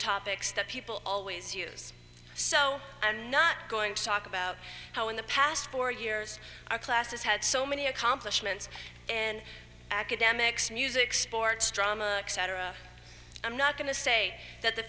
topics that people always use so i'm not going to talk about how in the past four years our class has had so many accomplishments in academics music sports drama cetera i'm not going to say that the